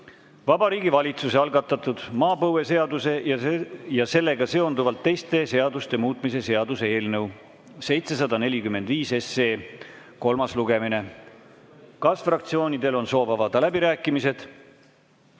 Vabariigi Valitsuse algatatud kaitseväeteenistuse seaduse ja teiste seaduste muutmise seaduse eelnõu [754] kolmas lugemine. Kas fraktsioonidel on soov avada läbirääkimised?